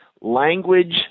language